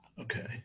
Okay